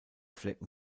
flecken